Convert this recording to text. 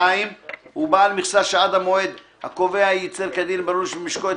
הוא בעל מכסה שעד המועד הקובע ייצר כדין בלול שבמשקו את